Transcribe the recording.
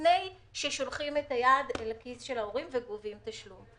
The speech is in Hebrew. לפני ששולחים את היד לכיס של ההורים וגובים תשלום.